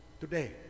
today